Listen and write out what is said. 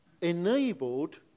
enabled